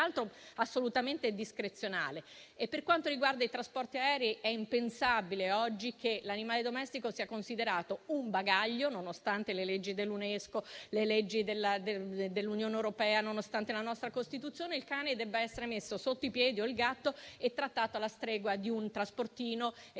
assolutamente discrezionale. Per quanto riguarda i trasporti aerei è impensabile oggi che l'animale domestico sia considerato un bagaglio, nonostante le leggi dell'Unesco, le leggi dell'Unione europea e la nostra Costituzione, e che il cane o il gatto debbano essere messi sotto i piedi e trattati alla stregua di un trasportino e di